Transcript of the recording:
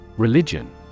Religion